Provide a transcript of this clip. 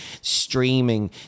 streaming